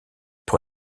pour